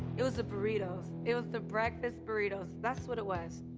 it was the burritos. it was the breakfast burritos. that's what it was.